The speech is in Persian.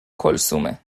کلثومه